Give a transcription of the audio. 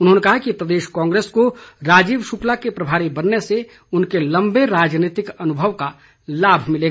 उन्होंने कहा कि प्रदेश कांग्रेस को राजीव शुक्ला के प्रभारी बनने से उनके लम्बे राजनीतिक अनुभव का लाभ मिलेगा